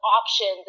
options